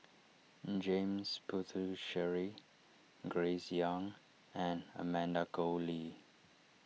James Puthucheary Grace Young and Amanda Koe Lee